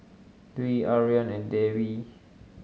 Dwi Aryan and Dewi